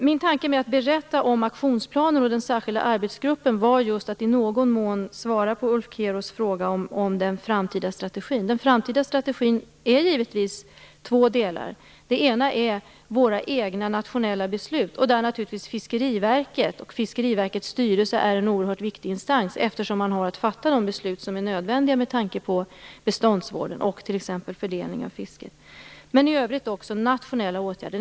Min tanke med att berätta om aktionsplanen och den särskilda arbetsgruppen var just att i någon mån svara på Ulf Keros fråga om den framtida strategin. Den framtida strategin gäller givetvis två delar. Den ena delen är våra egna nationella beslut. Fiskeriverket och dess styrelse är där naturligtvis en oerhört viktig instans, eftersom man har att fatta de beslut som är nödvändiga med tanke på beståndsvården och t.ex. fördelningen av fisket. I övrigt gäller det också nationella åtgärder.